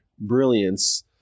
brilliance